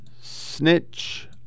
snitch